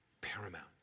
paramount